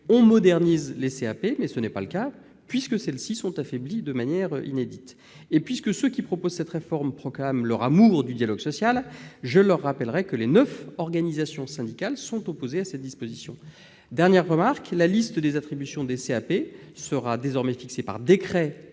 on modernise les CAP, mais tel n'est pas le cas, puisque celles-ci sont affaiblies de manière inédite. Et puisque ceux qui proposent cette réforme proclament leur amour du dialogue social, je leur rappellerai que les neuf organisations syndicales sont opposées à cette disposition. Dernière remarque : la liste des attributions des CAP sera désormais établie par décret en